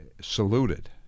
saluted